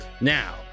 Now